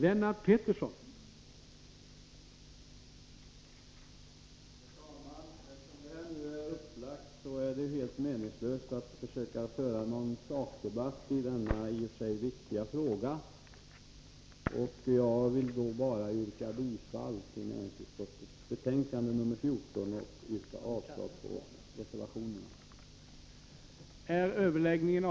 Herr talman! Som det är nu är det helt meningslöst att försöka föra någon sakdebatt i denna i och för sig viktiga fråga. Jag ber bara att få yrka bifall till näringsutskottets hemställan i betänkande 14 och avslag på reservationerna.